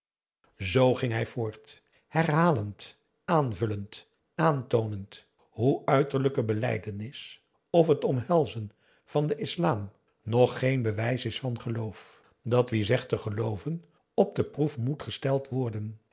zoo ging hij voort herhalend aanvullend aantoonend hoe uiterlijke belijdenis of het omhelzen van den islam nog geen bewijs is van geloof dat wie zegt te gelooven op de proef moet gesteld worden